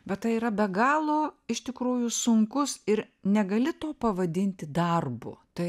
bet tai yra be galo iš tikrųjų sunkus ir negali to pavadinti darbu tai